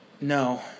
No